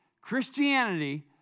Christianity